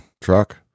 Truck